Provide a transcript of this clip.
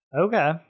Okay